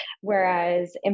whereas